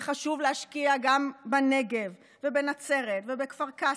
וחשוב להשקיע גם בנגב ובנצרת ובכפר קאסם,